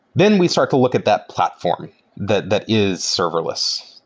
then we start to look at that platform that that is serverless,